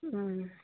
ᱦᱢ